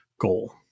goal